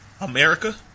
America